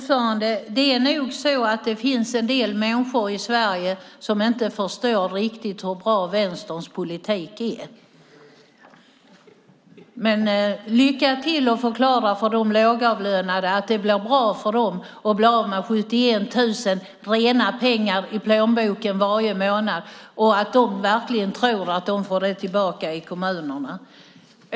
Fru talman! Det finns en del människor i Sverige som inte riktigt förstår hur bra Vänsterns politik är. Lycka till med att förklara för de lågavlönade att det blir bra för dem när de blir av med 71 000 kronor i rena pengar i plånboken. I stället kommer de att få tillbaka dem i kommunerna.